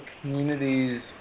communities